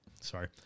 sorry